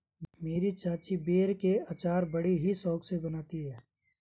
मेरी चाची बेर के अचार बड़ी ही शौक से बनाती है